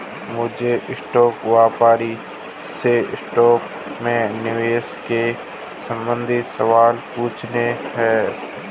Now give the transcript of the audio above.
मुझे स्टॉक व्यापारी से स्टॉक में निवेश के संबंधित सवाल पूछने है